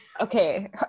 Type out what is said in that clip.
okay